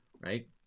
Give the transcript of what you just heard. right